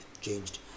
changed